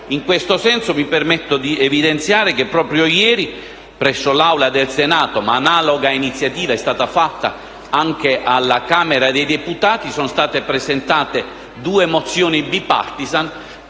In questo senso, mi permetto di evidenziare che proprio ieri presso l'Assemblea del Senato - analoga iniziativa è stata assunta anche alla Camera dei deputati - sono state presentate due mozioni *bipartisan*